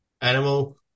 animal